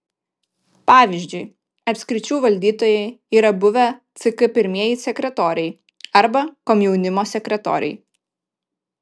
pavyzdžiui apskričių valdytojai yra buvę ck pirmieji sekretoriai arba komjaunimo sekretoriai